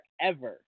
forever